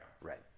Right